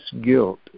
guilt